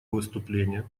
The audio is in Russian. выступление